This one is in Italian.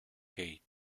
keith